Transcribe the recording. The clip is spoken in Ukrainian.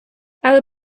але